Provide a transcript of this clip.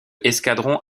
escadron